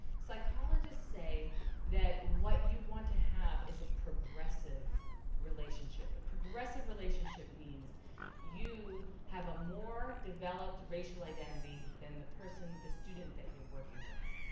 psychologists say that and what you want to have is a progressive a progressive relationship means you have a more developed racial identity than the person, the student that you're working with.